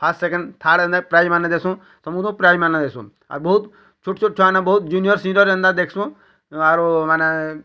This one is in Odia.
ଫାଷ୍ଟ୍ ସେକେଣ୍ଡ୍ ଥାର୍ଡ଼ ପ୍ରାଇଜ୍ମାନେ ଦେସୁଁ ସମସ୍ତଙ୍କୁ ପ୍ରାଇଜ୍ ମାନ ଦେସୁନ୍ ଆଉ ବହୁତ୍ ଛୁଟ୍ ଛୁଟ୍ ଛୁଆମାନେ ବହୁତ୍ ଜୁନିୟର୍ ସିନିୟର୍ ଏନ୍ତା ଦେଖ୍ସୁଁ ଆରୁ ମାନେ